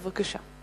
בבקשה.